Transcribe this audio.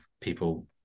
people